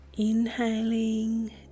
Inhaling